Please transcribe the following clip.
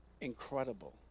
incredible